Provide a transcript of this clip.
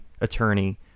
attorney